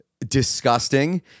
disgusting